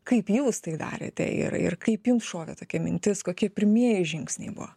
kaip jūs tai darėte ir ir kaip jums šovė tokia mintis kokie pirmieji žingsniai buvo